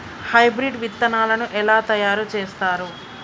Hybrid విత్తనాలను ఎలా తయారు చేస్తారు?